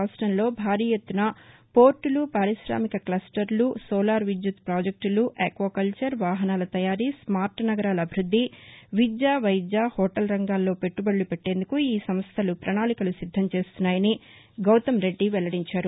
రాష్టంలో భారీ ఎత్తున పోర్టలు పార్కిశామిక కస్టర్లు సోలార్ విద్యుత్ ప్రాజెక్టులు ఆక్వాకల్చర్ వాహనాల తయారీ స్మార్ట్ నగరాల అభివృద్ది విద్య వైద్య హెూటల్ రంగాల్లో పెట్టుబడులు పెట్టేందుకు ఈ సంస్థలు పణాళికలు సిద్దంచేస్తున్నాయని గౌతమ్ రెడ్డి వెల్లడించారు